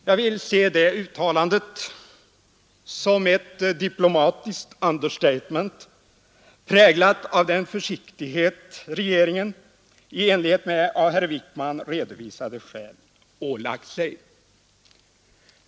Jag vill se det uttalandet som ett diplomatiskt understatement, präglat av den försiktighet regeringen i enlighet med av herr Wickman redovisade skäl ålagt sig.